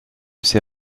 ses